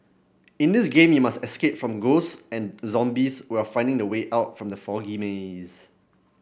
in this game you must escape from ghost and zombies while finding the way out from the foggy maze